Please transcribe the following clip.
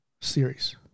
series